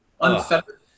unfettered